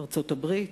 ארצות-הברית,